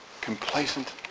Complacent